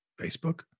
Facebook